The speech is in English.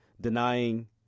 denying